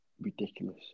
ridiculous